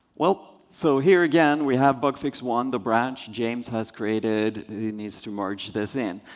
well, so here, again, we have bug fix one, the branch james has created. he needs to merge this in.